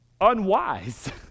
unwise